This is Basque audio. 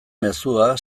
mezua